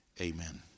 Amen